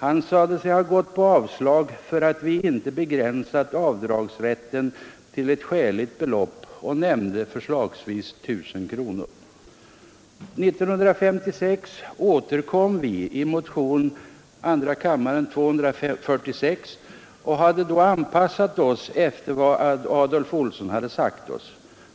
Han sade sig ha gått på avslag därför att vi inte begränsat avdragsrätten till ett skäligt belopp och nämnde förslagsvis 1 000 kronor. 1956 återkom vi i motionen II:246 och hade då anpassat oss efter vad Adolv Olsson hade sagt.